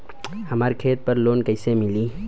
हमरा खेत पर लोन कैसे मिली?